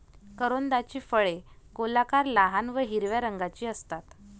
करोंदाची फळे गोलाकार, लहान व हिरव्या रंगाची असतात